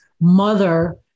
mother